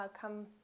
Come